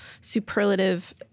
superlative